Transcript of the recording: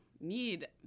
need